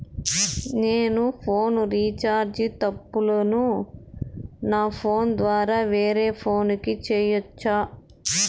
నేను phone recharge తప్పులను నా ఫోను ద్వారా వేరే ఫోను కు సేయొచ్చా?